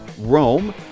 Rome